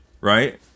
right